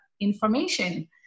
information